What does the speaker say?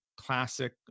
classic